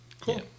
Cool